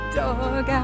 dog